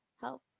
help